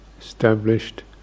established